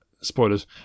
spoilers